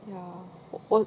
ya w~ 我